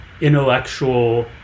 intellectual